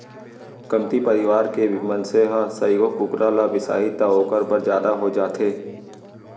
कमती परवार के मनसे ह सइघो कुकरा ल बिसाही त ओकर बर जादा हो जाथे